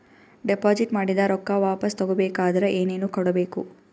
Deposit ಮಾಡಿದ ರೊಕ್ಕ ವಾಪಸ್ ತಗೊಬೇಕಾದ್ರ ಏನೇನು ಕೊಡಬೇಕು?